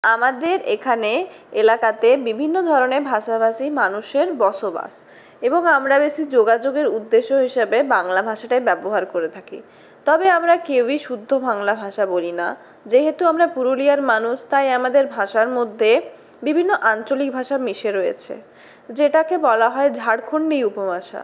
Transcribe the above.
আমাদের এখানে এলাকাতে বিভিন্ন ধরনের ভাষাভাষী মানুষের বসবাস এবং আমরা বেশি যোগাযোগের উদ্দেশ্য হিসাবে বাংলা ভাষাটাই ব্যবহার করে থাকি তবে আমরা কেউই শুদ্ধ বাংলা ভাষা বলি না যেহেতু আমরা পুরুলিয়ার মানুষ তাই আমাদের ভাষার মধ্যে বিভিন্ন আঞ্চলিক ভাষা মিশে রয়েছে যেটাকে বলা হয় ঝাড়খণ্ডী উপভাষা